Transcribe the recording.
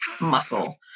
muscle